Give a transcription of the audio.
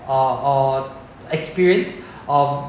or or experience of